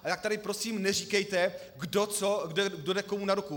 Tak tady prosím neříkejte kdo co, kdo jde komu na ruku.